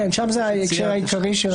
כן, שם זה ההקשר העיקרי שראינו.